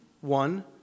one